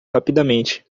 rapidamente